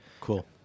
Cool